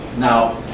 now,